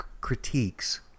critiques